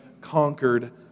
conquered